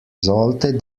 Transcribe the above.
sollte